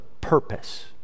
purpose